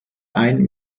ein